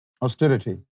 austerity